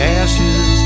ashes